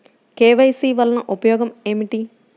KYC వలన ఉపయోగం ఏమిటీ?